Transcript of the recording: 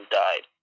died